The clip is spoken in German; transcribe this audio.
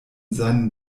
seinen